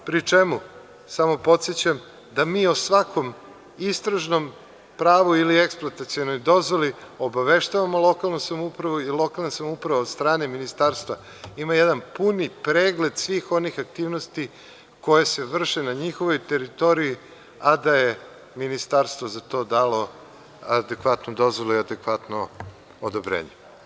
Pri čemu, samo podsećam, da mi o svakom istražnom pravu ili eksploatacionoj dozvoli obaveštavamo lokalnu samoupravu i lokalna samouprava od strane Ministarstva ima jedan puni pregled svih onih aktivnosti koje se vrše na njihovoj teritoriji, a da je ministarstvo za to dalo adekvatnu dozvolu i adekvatno odobrenje.